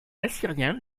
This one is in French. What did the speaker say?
assyriens